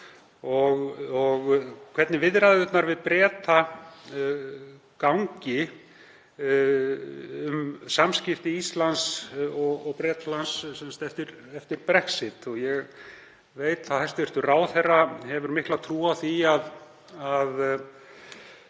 hvernig viðræðurnar við Breta gangi um samskipti Íslands og Bretlands eftir Brexit. Ég veit að hæstv. ráðherra hefur mikla trú á því að